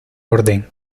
orden